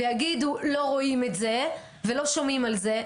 ויגידו שלא רואים את זה ולא שומעים על זה.